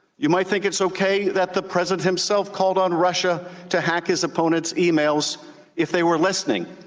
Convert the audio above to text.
you might think it's okay that the president himself called on russia to hack his opponent's emails if they were listening.